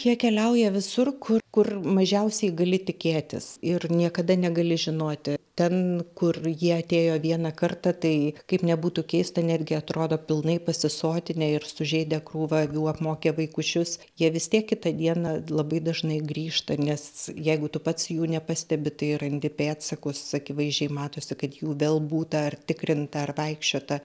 jie keliauja visur kur kur mažiausiai gali tikėtis ir niekada negali žinoti ten kur jie atėjo vieną kartą tai kaip nebūtų keista netgi atrodo pilnai pasisotinę ir sužeidę krūvą avių apmokę vaikučius jie vis tiek kitą dieną labai dažnai grįžta nes jeigu tu pats jų nepastebi tai randi pėdsakus akivaizdžiai matosi kad jų vėl būta ar tikrinta ar vaikščiota